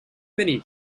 many